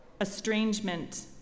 estrangement